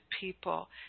people